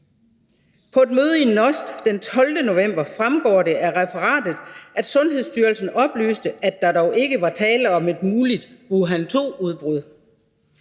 På et møde i NOST den 12. november fremgår det af referatet, at Sundhedsstyrelsen oplyste, at der dog ikke var tale om et muligt Wuhan II-udbrud,